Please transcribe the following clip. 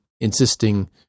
insisting